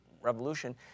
revolution